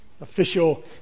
official